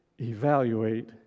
evaluate